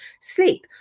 sleep